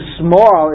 small